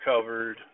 covered